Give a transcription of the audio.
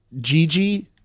Gigi